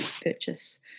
purchase